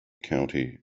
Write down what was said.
county